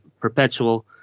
perpetual